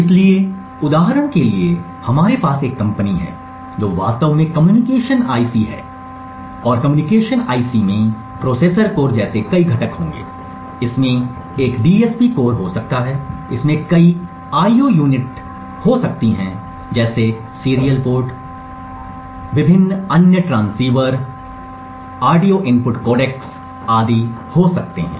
इसलिए उदाहरण के लिए हमारे पास एक कंपनी है जो वास्तव में कम्युनिकेशन आईसी है और कम्युनिकेशन आईसी में प्रोसेसर कोर जैसे कई घटक होंगे इसमें एक डीएसपी कोर हो सकता है इसमें कई आईओ इकाइयाँ हो सकती हैं जैसे सीरियल पोर्ट हो सकता है विभिन्न अन्य ट्रांसीवर इसमें ऑडियो इनपुट कोडेक्स आदि हो सकते हैं